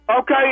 Okay